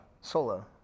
solo